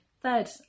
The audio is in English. third